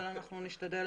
אבל אנחנו נשתדל לעמוד בזה.